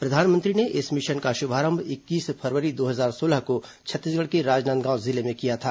प्रधानमंत्री ने इस मिशन का शुभारंभ इक्कीस फरवरी दो हजार सोलह को छत्तीसगढ़ के राजनांदगांव जिले में किया था